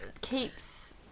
keeps